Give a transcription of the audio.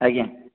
ଆଜ୍ଞା